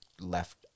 left